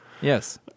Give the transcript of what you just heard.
Yes